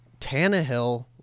Tannehill